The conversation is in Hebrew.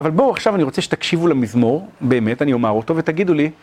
אבל בואו עכשיו, אני רוצה שתקשיבו למזמור באמת, אני אומר אותו, ותגידו לי...